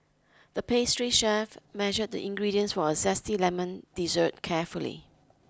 the pastry chef measured the ingredients for a zesty lemon dessert carefully